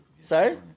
Sorry